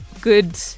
good